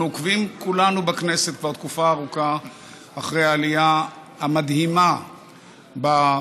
אנחנו עוקבים כולנו בכנסת כבר תקופה ארוכה אחרי העלייה המדהימה בפשיעה,